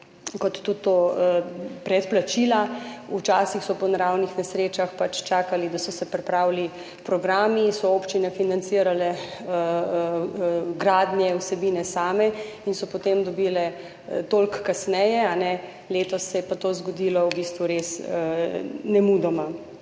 kot tudi predplačila. Včasih so po naravnih nesrečah pač čakali, da so se pripravili programi, so občine financirale gradnje, vsebine same in so potem dobile toliko kasneje, letos se je pa to zgodilo v bistvu res nemudoma.